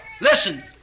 Listen